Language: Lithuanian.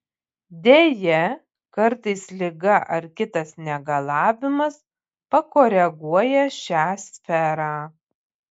deja kartais liga ar kitas negalavimas pakoreguoja šią sferą